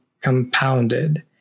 compounded